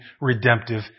redemptive